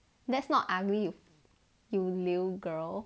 that's not ugly you you lewd girl